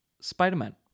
Spider-Man